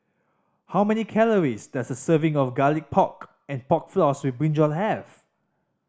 how many calories does a serving of Garlic Pork and Pork Floss with brinjal have